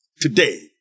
today